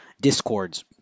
discords